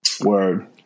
word